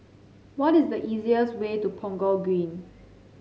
what is the easiest way to Punggol Green